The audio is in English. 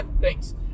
Thanks